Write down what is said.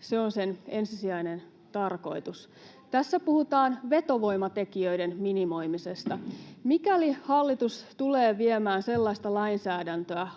se on sen ensisijainen tarkoitus. Tässä puhutaan vetovoimatekijöiden minimoimisesta. Mikäli hallitus tulee viemään loppuun sellaista lainsäädäntöä,